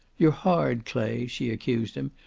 you're hard, clay, she accused him.